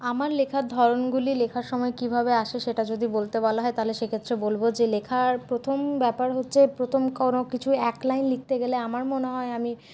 আমার লেখার ধরণগুলি লেখার সময় কিভাবে আসে সেটা যদি বলতে বলা হয় তাহলে সেক্ষেত্রে বলবো যে লেখার প্রথম ব্যাপার হচ্ছে প্রথম কোনো কিছু এক লাইন লিখতে গেলে আমার মনে হয় আমি